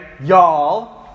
y'all